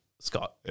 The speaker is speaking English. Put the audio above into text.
Scott